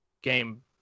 game